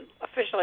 officially